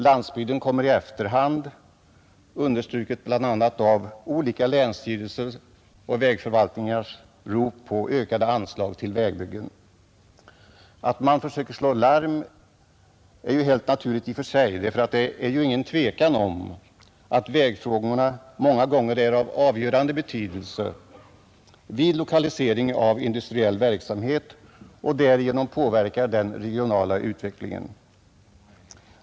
Landsbygden kommer i efterhand, vilket understrykes bl.a. av olika länsstyrelsers och vägförvaltningars rop på ökade anslag till vägbyggandet. Att man försöker slå larm är ju helt naturligt i och för sig. Det är ju ingen tvekan om att vägfrågorna många gånger är av avgörande betydelse vid lokalisering av industriell verksamhet och därigenom påverkar den regionala utvecklingen.